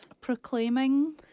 Proclaiming